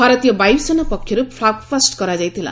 ଭାରତୀୟ ବାୟୁସେନା ପକ୍ଷରୁ ଫ୍ଲାଗ ପାଷ୍ଟ କରାଯାଇଥିଲା